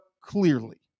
clearly